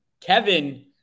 Kevin